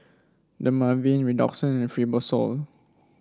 Dermaveen Redoxon and Fibrosol